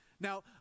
Now